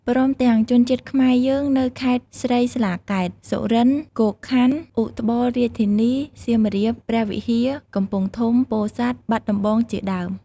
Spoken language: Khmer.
ព្រមទាំងជនជាតិខ្មែរយើងនៅខេត្តស្រីស្លាកែត សុរិន្ទ្រ គោកខណ្ឌ ឧត្បលរាជធានី សៀមរាប ព្រះវិហារ កំពង់ធំ ពោធិ៍សាត់ បាត់ដំបងជាដើម។